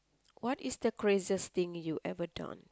what is the craziest thing you ever done